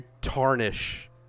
tarnish